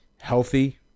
healthy